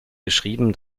geschrieben